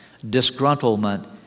disgruntlement